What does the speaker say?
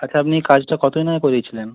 আচ্ছা আপনি কাজটা কত দিন আগে করিয়েছিলেন